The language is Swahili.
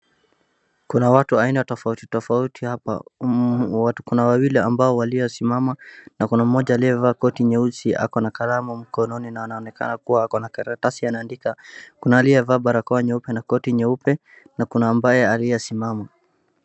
Kuna watu aina tofauti tofauti hapa, kuna wawili ambao waliosimama na kuna mmoja aliyevaa koti nyeusi ako na kalamu mkononi na anaonekana kuwa ako na karatasi anaandika. Kuna aliyevaa barakoa nyeupe na koti nyeupe na kauna ambaye aliyesimama.